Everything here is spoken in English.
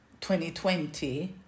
2020